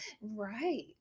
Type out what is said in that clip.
Right